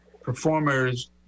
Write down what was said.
performers